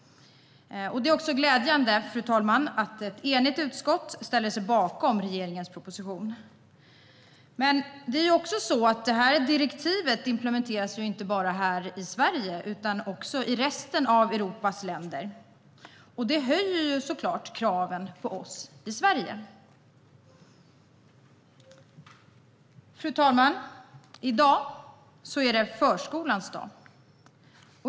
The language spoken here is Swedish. Fru talman! Det är glädjande att ett enigt utskott ställer sig bakom regeringens proposition. Detta direktiv implementeras inte bara här i Sverige utan också i resten av Europas länder. Det höjer såklart kraven på oss i Sverige. Fru talman! I dag är det förskolans dag.